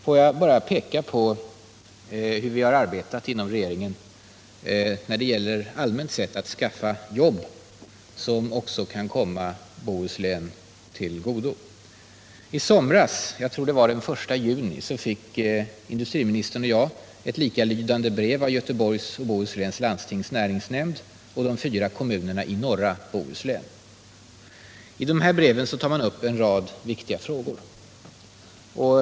Får jag bara peka på hur vi har arbetat inom regeringen när det rent allmänt gäller att skaffa jobb som även kan komma Bohuslän till godo. I somras, jag tror det var den 1 juni, fick industriministern och jag ett likalydande brev av Göteborgs och Bohus läns landstings näringsnämnd och de fyra kommunerna i norra Bohuslän. I de här breven tar man upp en rad viktiga frågor.